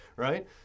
Right